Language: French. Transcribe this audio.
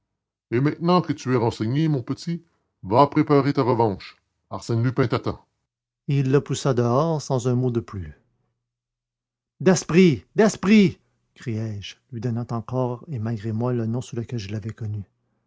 et maintenant que tu es renseigné mon petit va préparer ta revanche arsène lupin t'attend et il le poussa dehors sans un mot de plus daspry daspry criai-je lui donnant encore et malgré moi le nom sous lequel je l'avais connu